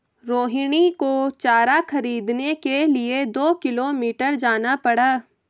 रोहिणी को चारा खरीदने के लिए दो किलोमीटर जाना पड़ा